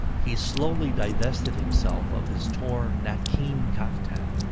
he slowly divested himself of his torn nankeen kaftan,